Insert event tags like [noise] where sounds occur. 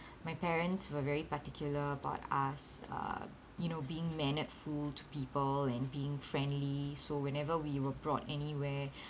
my parents were very particular about us uh you know being mannered-ful to people and being friendly so whenever we were brought anywhere [breath]